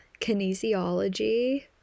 kinesiology